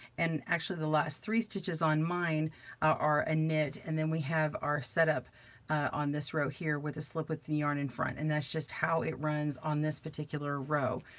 and actually the last three stitches on mine are a knit. and then we have our setup on this row here with a slip with the yarn in front. and that's just how it runs on this particular row.